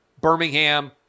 Birmingham